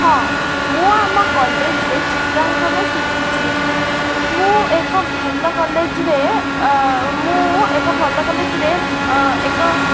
ହଁ ମୁଁ ଆମ କଲେଜରେ ଚିତ୍ରାଙ୍କନ ଶିଖିଛି ମୁଁ ଏକ ଭଲ କଲେଜରେ ମୁଁ ଏକ ଭଲ କଲେଜରେ ଏକ